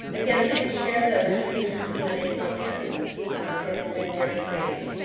again, please share those using the q and a function in your screen.